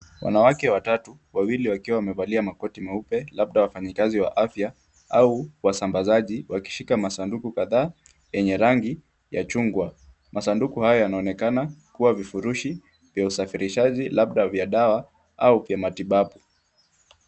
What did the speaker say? Wanawake watatu wawili wamevalia makoti meupe labda wafanyakazi wa afya au wasambazaji wakishika masanduku kadhaa yenye rangi ya chungwa. Masanduku haya yanaonekana kuwa vifurushi vya usafirishaji labda za dawa au vya matibabu.